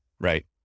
Right